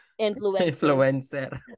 influencer